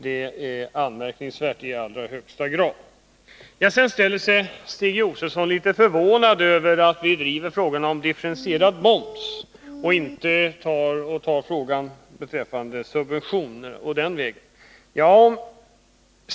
Det är i allra högsta grad anmärkningsvärt. Stig Josefson är förvånad över att vi driver frågan om en differentierad moms och inte i stället kräver subventioner av baslivsmedlen.